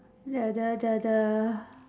the the the the